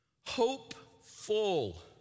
hopeful